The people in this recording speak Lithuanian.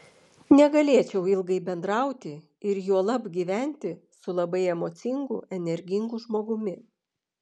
negalėčiau ilgai bendrauti ir juolab gyventi su labai emocingu energingu žmogumi